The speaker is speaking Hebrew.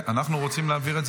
אנחנו רוצים להעביר את זה,